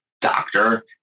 doctor